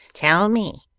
tell me.